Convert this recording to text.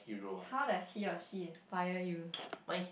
how does he or she inspire you